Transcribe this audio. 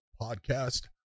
podcast